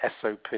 SOP